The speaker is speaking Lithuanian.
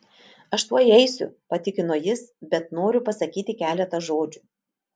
aš tuoj eisiu patikino jis bet noriu pasakyti keletą žodžių